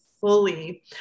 fully